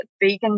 vegan